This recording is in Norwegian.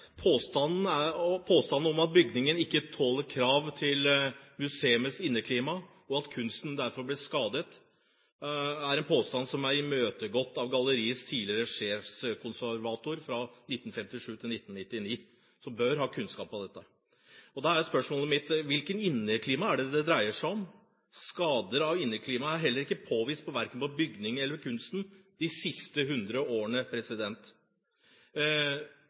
inneklima, og at kunsten derfor blir skadet, er en påstand som er imøtegått av galleriets tidligere sjefskonservator fra 1957 til 1999, som bør ha kunnskap om dette. Da er spørsmålet mitt: Hvilket inneklima er det det dreier seg om? Skader av inneklimaet er heller ikke påvist, verken på bygninger eller på kunsten de siste 100 årene.